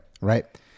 Right